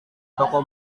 toko